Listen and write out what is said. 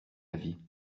vie